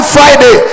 Friday